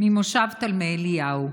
ממושב תלמי אליהו.